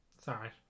sorry